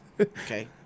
Okay